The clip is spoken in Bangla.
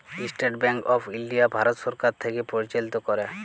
State bank of India Bharat সরকার থ্যাকে পরিচালিত ক্যরে